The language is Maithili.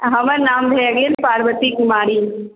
हमर नाम भेल पार्वती कुमारी